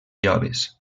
joves